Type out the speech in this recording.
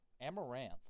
Amaranth